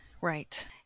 right